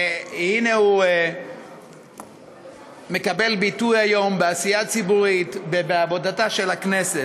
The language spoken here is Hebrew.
והנה הוא מקבל ביטוי היום בעשייה הציבורית ובעבודתה של הכנסת.